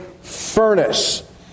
furnace